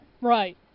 Right